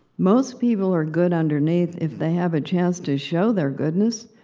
most people are good underneath if they have a chance to show their goodness.